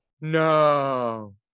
no